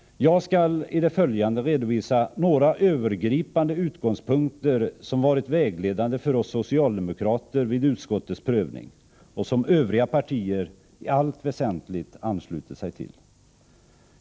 Jag skall i det följande redovisa några övergripande utgångspunkter som varit vägledande för oss socialdemokrater vid utskottets prövning och som Övriga partier i allt väsentligt anslutit sig till.